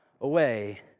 away